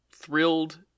thrilled